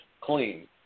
clean